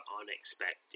unexpected